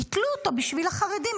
ביטלו אותו בשביל החרדים,